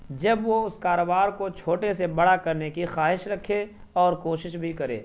جب وہ اس کاروبار کو چھوٹے سے بڑا کرنے کی خواہش رکھے اور کوشش بھی کرے